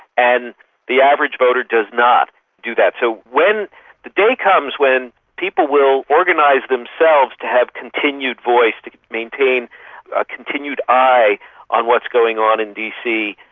and the average voter does not do that. so when the day comes when people will organise themselves to have a continued voice, to maintain a continued eye on what's going on in dc,